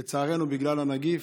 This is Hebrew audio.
לצערנו, בגלל הנגיף.